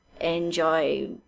enjoy